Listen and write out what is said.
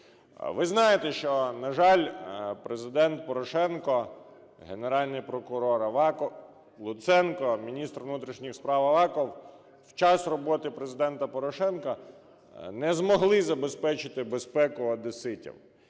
Ви знаєте, що, на жаль, Президент Порошенко, Генеральний прокурор Луценко, міністр внутрішніх справ Аваков в час роботи Президента Порошенка не змогли забезпечити безпеку одеситів.